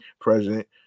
president